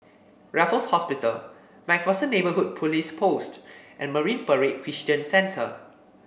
Raffles Hospital MacPherson Neighbourhood Police Post and Marine Parade Christian Centre